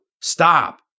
stop